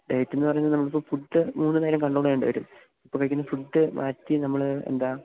ഡയറ്റെന്ന് പറയുന്നത് നമ്മൾ ഇപ്പം ഫുഡ്ഡ് മൂന്ന് നേരം കണ്ട്രോൾ ചെയ്യണ്ട വരും ഇപ്പം കഴിക്കുന്ന ഫുഡ്ഡ് മാറ്റി നമ്മൾ എന്താ